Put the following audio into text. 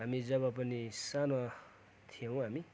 हामी जब पनि सानो थियौँ हामी